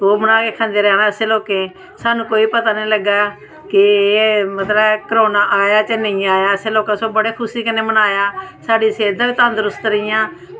ओह् बनाइयै खंदे रौह्ना असें लोकें सानूं मतलब कोई पता निं लग्गा की एह् कोरोना आया जां नेईं आया असें लोकें सगुआं बड़ी खुशी कन्नै मनाया साढ़ी सेह्तां तंदरुस्त रेहियां